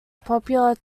popular